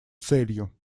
целью